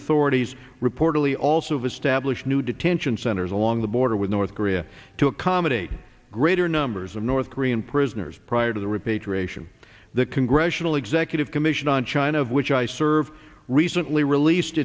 authorities reportedly also has stablish new detention centers along the border with north korea to accommodate greater numbers of north korean prisoners prior to the repatriation the congressional executive commission on china of which i served recently released